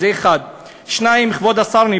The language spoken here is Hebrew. זה 1. 2. כבוד השר,